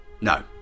No